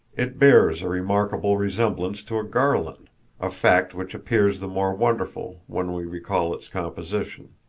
it bears a remarkable resemblance to a garland a fact which appears the more wonderful when we recall its composition.